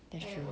that's true